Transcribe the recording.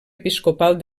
episcopal